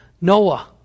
Noah